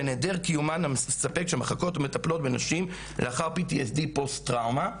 העדר קיומן המספק של מחלקות המטפלות בנשים עם PTSD - פוסט טראומה,